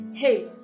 Hey